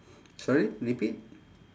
sorry repeat